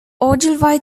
ogilvy